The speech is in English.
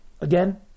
again